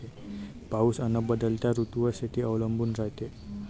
पाऊस अन बदलत्या ऋतूवर शेती अवलंबून रायते